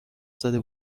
زده